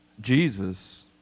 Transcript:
Jesus